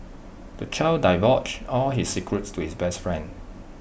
the child divulged all his secrets to his best friend